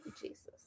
Jesus